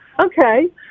Okay